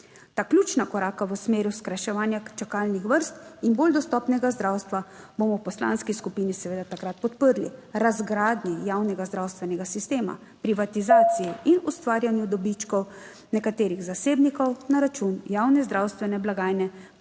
Ključna koraka v smeri skrajševanja čakalnih vrst in bolj dostopnega zdravstva bomo v poslanski skupini seveda takrat podprli. Razgradnji javnega zdravstvenega sistema, privatizaciji in ustvarjanju dobičkov nekaterih zasebnikov na račun javne zdravstvene blagajne, pa Socialni